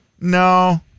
No